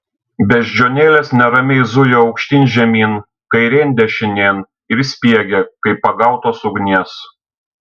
beždžionėlės neramiai zujo aukštyn žemyn kairėn dešinėn ir spiegė kaip pagautos ugnies